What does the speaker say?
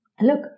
look